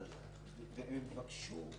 אבל הם יבקשו